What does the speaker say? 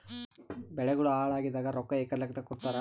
ಬೆಳಿಗೋಳ ಹಾಳಾಗಿದ ರೊಕ್ಕಾ ಎಕರ ಲೆಕ್ಕಾದಾಗ ಕೊಡುತ್ತಾರ?